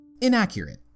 inaccurate